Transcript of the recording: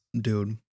Dude